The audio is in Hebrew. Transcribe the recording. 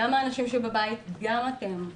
גם האנשים שבבית, גם אתם.